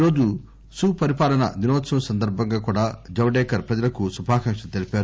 ఈ రోజు సు పరిపాలన దినోత్సవం సందర్భంగా కూడా జవదేకర్ ప్రజలకు శుభాకాంక్షలు తెలీపారు